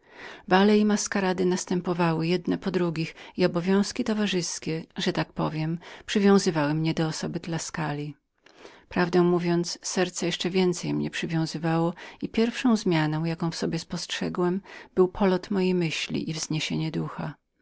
przywięzywać bale i maskarady jedne po drugich następowały i prąd towarzystwa że tak powiem przywiązał mnie do osoby tuskuli wprawdzie serce więcej mnie przywięzywało i pierwszą zmianą jaką w sobie spostrzegłem był polot mojej myśli i wzniesienie ducha